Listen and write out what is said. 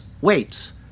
weights